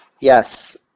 Yes